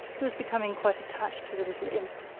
who is becoming quite attached to the little imp.